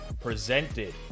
presented